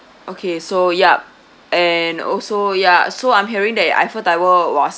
okay so yup and also ya so I'm hearing that eiffel tower was